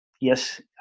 yes